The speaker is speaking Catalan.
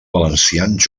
valencians